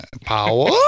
Power